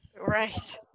right